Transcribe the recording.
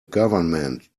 government